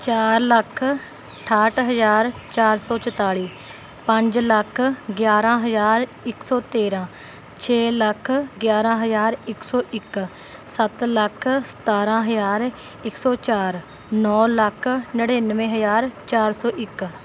ਚਾਰ ਲੱਖ ਅਠਾਹਠ ਹਜ਼ਾਰ ਚਾਰ ਸੌ ਚੁਤਾਲ਼ੀ ਪੰਜ ਲੱਖ ਗਿਆਰਾਂ ਹਜ਼ਾਰ ਇੱਕ ਸੌ ਤੇਰਾਂ ਛੇ ਲੱਖ ਗਿਆਰਾਂ ਹਜ਼ਾਰ ਇੱਕ ਸੌ ਇੱਕ ਸੱਤ ਲੱਖ ਸਤਾਰਾਂ ਹਜ਼ਾਰ ਇੱਕ ਸੌ ਚਾਰ ਨੌ ਲੱਖ ਨੜਿਨਵੇਂ ਹਜ਼ਾਰ ਚਾਰ ਸੌ ਇੱਕ